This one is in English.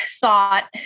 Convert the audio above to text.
thought